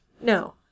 No